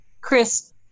chris